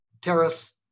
Terrace